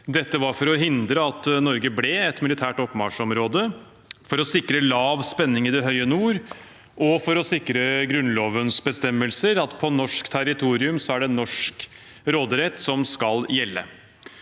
Dette var for å hindre at Norge ble et militært oppmarsjområde, for å sikre lav spenning i det høye nord og for å sikre Grunnlovens be stemmelser om at det på norsk territorium er norsk råderett som skal gjelde.